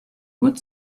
would